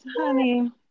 honey